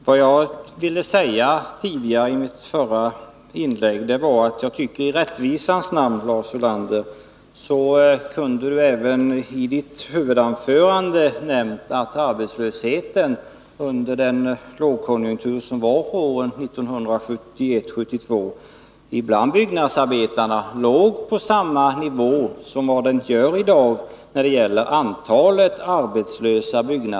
Vad jag ville säga i mitt förra inlägg var att jag tycker att Lars Ulander i rättvisans namn kunde ha nämnt i sitt huvudanförande att arbetslösheten bland byggnadsarbetarna under lågkonjunkturen 1971/72 låg på samma nivå som den gör i dag.